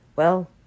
Well